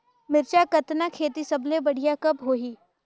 मिरचा कतना खेती सबले बढ़िया कब होही?